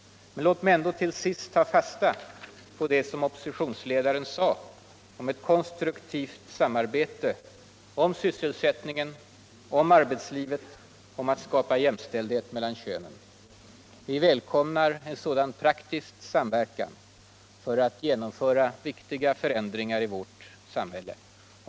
Men låt mig ändå till sist ta fasta på det oppositionsledaren sade om ett konstruktivt samarbete, om sysselsättningen, om arbetslivet och om all skapa jämställdhet mellan könen. Vi välkomnar en sådan praktisk samverkan för att genomföra viktiga förändringar i vårt samhälle.